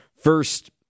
first